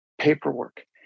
Paperwork